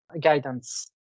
guidance